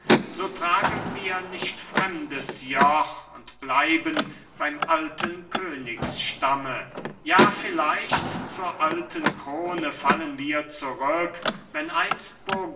so tragen wir nicht fremdes joch und bleiben beim alten königsstamme ja vielleicht zur alten krone fallen wir zurück wenn einst